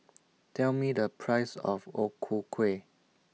Tell Me The Price of O Ku Kueh